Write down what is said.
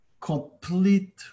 complete